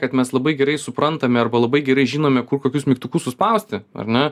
kad mes labai gerai suprantame arba labai gerai žinome kur kokius mygtukus suspausti ar ne